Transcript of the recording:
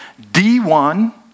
D1